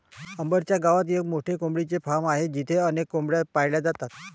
अंबर च्या गावात एक मोठे कोंबडीचे फार्म आहे जिथे अनेक कोंबड्या पाळल्या जातात